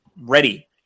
ready